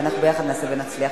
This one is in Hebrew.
ואנחנו יחד נעשה ונצליח.